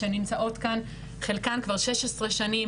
אני ממש אהבתי את כל מה ששמעתי ואני לא רוצה לחזור על הדברים האלה.